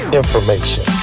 information